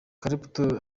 clapton